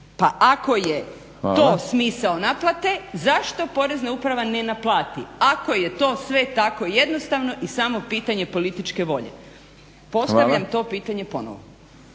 Pa ako je to smisao naplate zašto. … /Upadica: Hvala./ … Porezna uprava ne naplati? Ako je to sve tako jednostavno i samo pitanje političke volje, postavljam to pitanje ponovno?